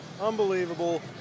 unbelievable